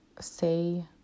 say